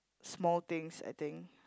small things I think